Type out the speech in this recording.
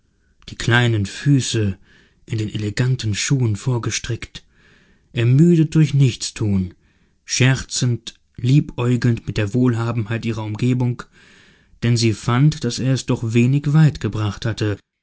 die kleinen füße in den eleganten schuhen vorgestreckt ermüdet durch nichtstun scherzend liebäugelnd mit der wohlhabenheit ihrer umgebung denn sie fand daß er es doch wenig weit gebracht hatte